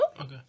Okay